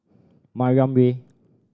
Mariam Way